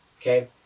Okay